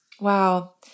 Wow